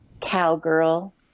cowgirl